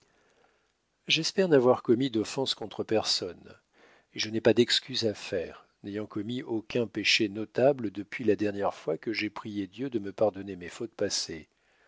j'espère n'avoir commis d'offense contre personne et je n'ai pas d'excuses à faire n'ayant commis aucun péché notable depuis la dernière fois que j'ai prié dieu de me pardonner mes fautes passées